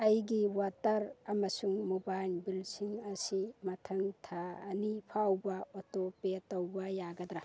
ꯑꯩꯒꯤ ꯋꯥꯇꯔ ꯑꯃꯁꯨꯡ ꯃꯣꯕꯥꯏꯜ ꯕꯤꯜꯁꯤꯡ ꯑꯁꯤ ꯃꯊꯪ ꯊꯥ ꯑꯅꯤ ꯐꯥꯎꯕ ꯑꯣꯇꯣꯄꯦ ꯇꯧꯕ ꯌꯥꯒꯗ꯭ꯔꯥ